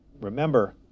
remember